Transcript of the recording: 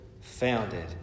founded